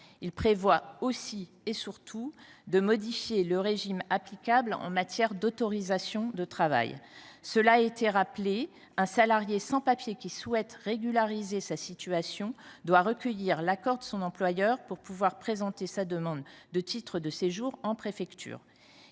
Il vise aussi et surtout à modifier le régime applicable en matière d’autorisation de travail. Cela a été rappelé : un salarié sans papiers qui souhaite régulariser sa situation doit recueillir l’accord de son employeur pour pouvoir présenter sa demande de titre de séjour en préfecture.